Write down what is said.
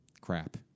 crap